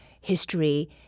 history